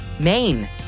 Maine